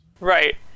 Right